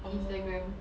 oh